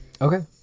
Okay